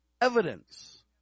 evidence